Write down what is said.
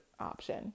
option